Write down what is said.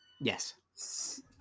yes